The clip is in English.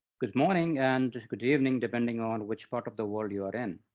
good morning and good evening, depending on which part of the world you are in.